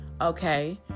okay